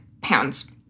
pounds